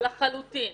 לחלוטין